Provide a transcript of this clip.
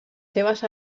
seves